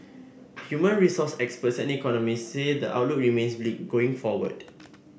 human resource experts and economists say the outlook remains bleak going forward